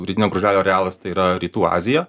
rytinio gružlelio arealas tai yra rytų azija